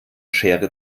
schere